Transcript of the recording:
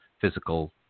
physical